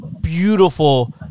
Beautiful